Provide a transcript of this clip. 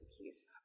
keys